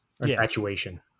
Infatuation